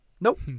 Nope